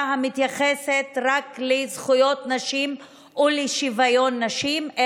המתייחסת רק לזכויות נשים ולשוויון נשים,